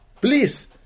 Please